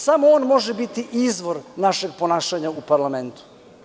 Samo on može biti izvor našeg ponašanja u parlamentu.